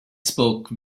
spoke